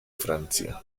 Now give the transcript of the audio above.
francia